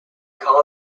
called